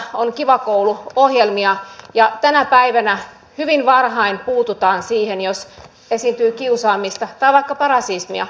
kouluissa on kiva koulu ohjelmia ja tänä päivänä hyvin varhain puututaan siihen jos esiintyy kiusaamista tai vaikkapa rasismia